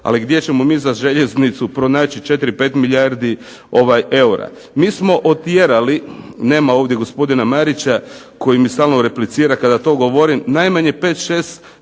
ali gdje ćemo mi za željeznicu pronaći 4, 5 milijardi eura. Mi smo otjerali, nema ovdje gospodina Marića koji mi stalno replicira kada to govorim, najmanje 5, 6 milijardi